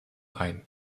ein